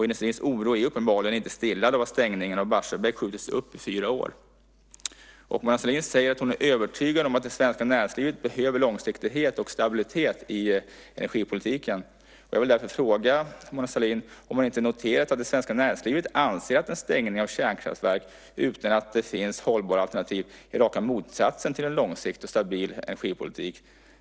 Industrins oro är uppenbarligen inte stillad av att stängningen av Barsebäck skjutits upp i fyra år. Mona Sahlin säger att hon är övertygad om att det svenska näringslivet behöver långsiktighet och stabilitet i energipolitiken. Jag vill därför fråga Mona Sahlin om hon inte har noterat att det svenska näringslivet anser att en stängning av kärnkraftverk utan att det finns hållbara alternativ är raka motsatsen till en långsiktig och stabil energipolitik.